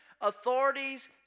authorities